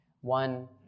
One